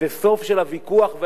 זה הסוף של הוויכוח והעימות,